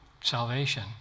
salvation